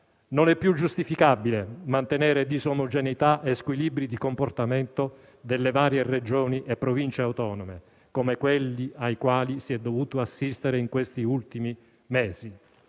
Non è più giustificabile mantenere disomogeneità e squilibri di comportamento delle varie Regioni e Province autonome, come quelli ai quali si è dovuto assistere in questi ultimi mesi,